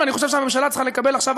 אני שמה רגע דגש על הנושא של הגליל,